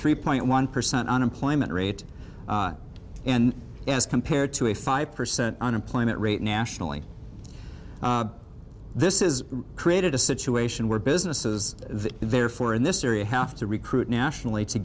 three point one percent unemployment rate and as compared to a five percent unemployment rate nationally this is created a situation where businesses that therefore in this area have to recruit nationally to